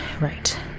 right